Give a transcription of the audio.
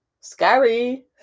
scary